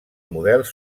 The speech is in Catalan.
models